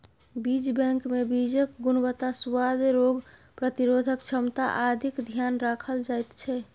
बीज बैंकमे बीजक गुणवत्ता, सुआद, रोग प्रतिरोधक क्षमता आदिक ध्यान राखल जाइत छै